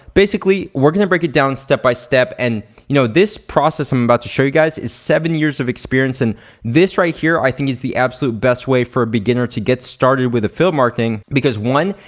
basically we're gonna break it down step by step and you know this process i'm about to show you guys is seven years of experience and this right here i think is the absolute best way for a beginner to get started with affiliate marketing because one,